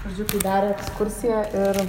žodžiu tai dar ekskursija ir